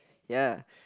ya